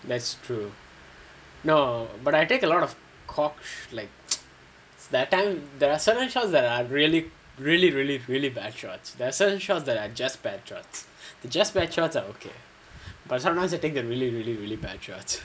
that's true no but I take a lot of course like that time there are some shots that are really really really really accurate there are certain shots that are just bad shots just bad shots ah but sometimes I think they are really really really bad shots